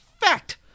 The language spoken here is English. fact